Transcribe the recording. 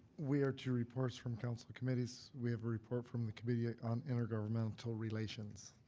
we are to reports from council committees. we have a report from the committee on intergovernmental relations.